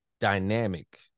dynamic